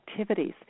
activities